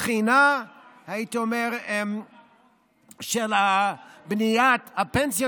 והייתי אומר שמהבחינה של בניית הפנסיות